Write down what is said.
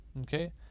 Okay